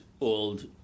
old